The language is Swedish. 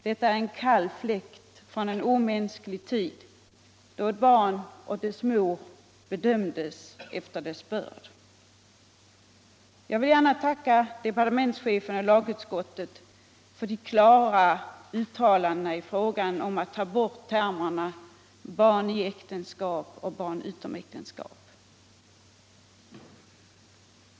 Detta är en kall fläkt från en omänsklig tid då ett barn och dess mor bedömdes efter dess börd. Jag vill gärna tacka departementschefen och lagutskottet för de klara uttalandena i frågan om att ta bort termerna ”barn i äktenskap” och ”barn utom äktenskap”.